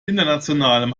internationalem